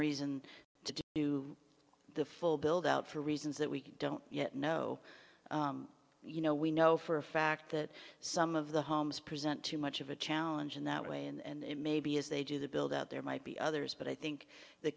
reason to do the full build out for reasons that we don't yet know you know we know for a fact that some of the homes present too much of a challenge in that way and maybe as they do the build out there might be others but i think the